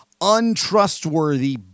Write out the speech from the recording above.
untrustworthy